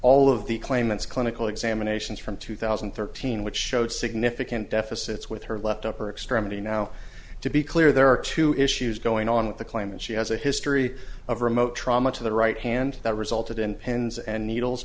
all of the claimants clinical examinations from two thousand and thirteen which showed significant deficits with her left upper extremity now to be clear there are two issues going on with the claim that she has a history of remote trauma to the right hand that resulted in pins and needles